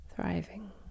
thriving